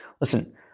listen